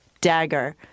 Dagger